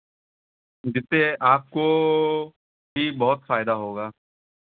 जिससे आपको भी बहुत फ़ायदा होगा